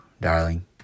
darling